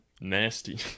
nasty